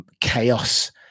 chaos